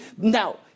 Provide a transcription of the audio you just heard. Now